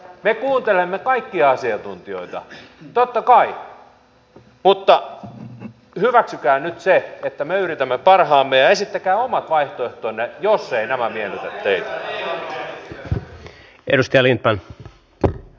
me kuuntelemme kaikkia asiantuntijoita totta kai mutta hyväksykää nyt se että me yritämme parhaamme ja esittäkää omat vaihtoehtonne jos nämä eivät miellytä teitä